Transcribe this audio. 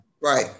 Right